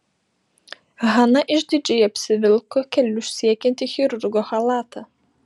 hana išdidžiai apsivilko kelius siekiantį chirurgo chalatą